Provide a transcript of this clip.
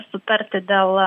sutarti dėl